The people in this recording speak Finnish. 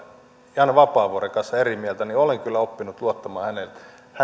jan vapaavuoren kanssa eri mieltä niin olen kyllä oppinut luottamaan hänen